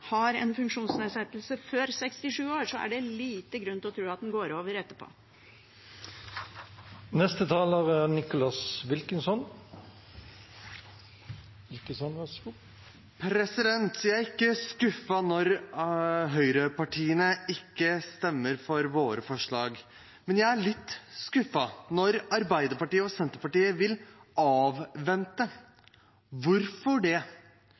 har en funksjonsnedsettelse før fylte 67 år, er det liten grunn til å tro at den går over senere. Jeg er ikke skuffet når høyrepartiene ikke stemmer for våre forslag, men jeg er litt skuffet når Arbeiderpartiet og Senterpartiet vil avvente. Hvorfor det?